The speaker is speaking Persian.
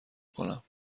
کنم